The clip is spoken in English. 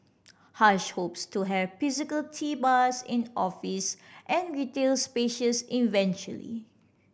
hush hopes to have physical tea bars in offices and retail spaces eventually